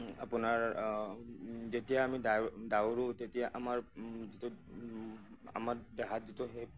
আপোনাৰ যেতিয়া আমি দাউ দৌৰোঁ তেতিয়া যিটো আমাৰ দেহাত যিটো আমাৰ দেহাত যিটো সেই